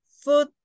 food